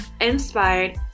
inspired